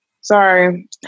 Sorry